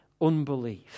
unbelief